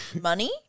money